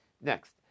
Next